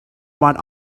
one